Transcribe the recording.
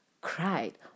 cried